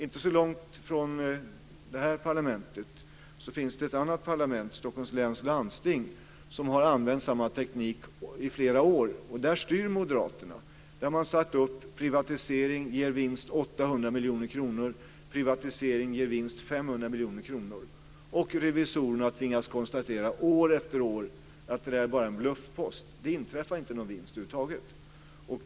Inte så långt från det här parlamentet finns det ett annat parlament, Stockholms läns landsting, som har använt samma teknik i flera år, och där styr Moderaterna. Där har man satt upp att privatisering ger vinst på 800 miljoner kronor och privatisering ger vinst på 500 miljoner kronor, och revisorerna har tvingats konstatera år efter år att det där bara är en bluffpost. Det inträffar inte någon vinst över huvud taget.